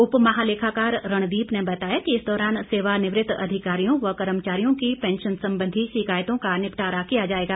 उप महालेखाकार रणदीप ने बताया कि इस दौरान सेवानिवृत अधिकारियों व कर्मचारियों की पैंशन संबंधी शिकायतों का निपटारा किया जाएगा